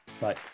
Bye